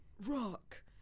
rock